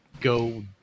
go